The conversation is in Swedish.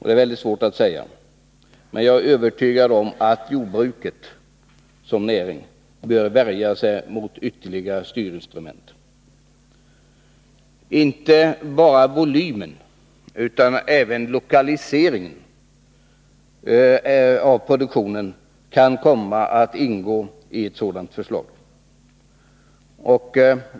Det är väldigt svårt att säga. Men jag är övertygad om att jordbruket såsom näring bör värja sig mot ytterligare styrinstrument. Inte bara volymen utan även lokaliseringen av produktionen kan komma att ingå i ett sådant förslag.